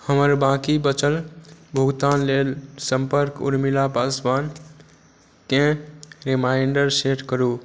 हमर बाकी बचल भुगतान लेल सम्पर्क उर्मिला पासवानके रिमाइण्डर सेट करू